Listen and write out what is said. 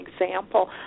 example